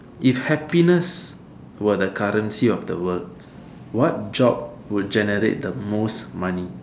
if happiness were the currency of the world what job would generate the most money